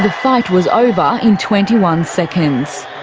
fight was over in twenty one seconds.